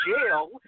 jail